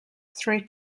three